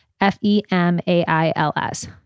F-E-M-A-I-L-S